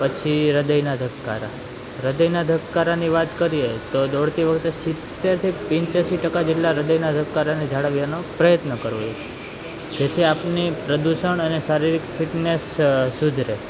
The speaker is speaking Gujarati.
પછી હૃદયના ધબકારા હૃદયના ધબકારાની વાત કરીએ તો દોડતી વખતે સિત્તેરથી પંચ્યાસી ટકા હૃદયના ધબાકારાને જાળવવાનો પ્રયત્ન કરું છું જેથી આપની પ્રદૂષણ અને શારીરિક ફિટનેસ સુધરે